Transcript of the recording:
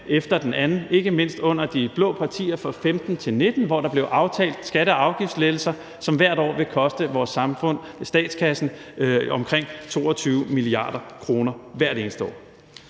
efter den anden og ikke mindst fik det under de blå partier fra 2015 til 2019, hvor der blev aftalt skatte- og afgiftslettelser, som hvert år vil koste vores samfund og statskassen omkring 22 mia. kr. – hvert eneste år.